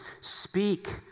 speak